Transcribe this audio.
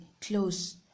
close